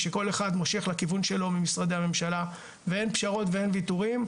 שכל אחד מושך לכיוון שלו ממשרדי הממשלה ואין פשרות ואין ויתורים,